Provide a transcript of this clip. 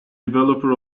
developer